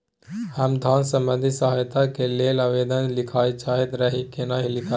हम धन संबंधी सहायता के लैल आवेदन लिखय ल चाहैत रही केना लिखब?